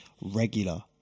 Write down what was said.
regular